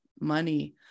money